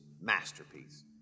masterpiece